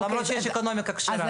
למרות שיש אקונומיקה כשרה.